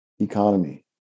economy